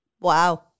wow